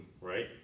Right